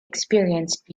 experienced